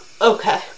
Okay